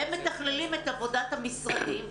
והם מתכללים את עבודת המשרדים,